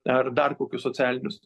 ar dar kokius socialinius